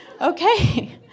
Okay